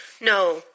No